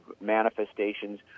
manifestations